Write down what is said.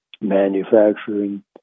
manufacturing